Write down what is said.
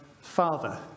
Father